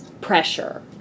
pressure